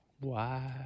Wow